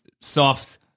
soft